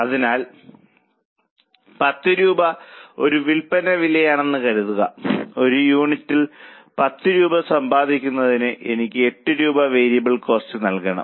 അതിനാൽ 10 രൂപ ഒരു വിൽപ്പന വിലയാണെന്ന് കരുതുക ഒരു യൂണിറ്റിൽ നിന്ന് 10 രൂപ സമ്പാദിക്കുന്നതിന് എനിക്ക് 8 രൂപ വേരിയബിൾ കോസ്റ്റ് നൽകണം